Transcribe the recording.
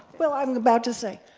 well, i'm about to say.